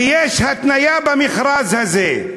ויש התניה במכרז הזה,